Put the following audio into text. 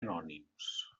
anònims